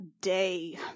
day